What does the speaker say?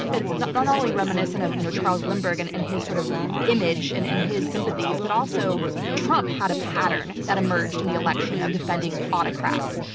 and it's not and only reminiscent of you know charles lindbergh and and his sort of image and and his sympathies, but also trump had a pattern that emerged in the election of defending autocrats,